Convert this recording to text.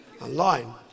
online